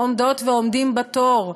עומדות ועומדים בתור,